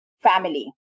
family